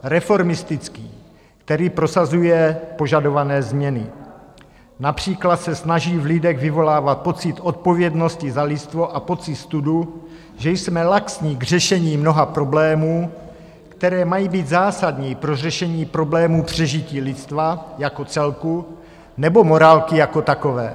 Reformistický, který prosazuje požadované změny, například se snaží v lidech vyvolávat pocit odpovědnosti za lidstvo a pocit studu, že jsme laxní k řešení mnoha problémů, které mají být zásadní pro řešení problémů přežití lidstva jako celku nebo morálky jako takové.